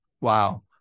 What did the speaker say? Wow